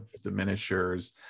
diminishers